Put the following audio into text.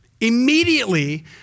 Immediately